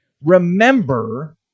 remember